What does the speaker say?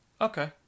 Okay